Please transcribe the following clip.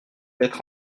être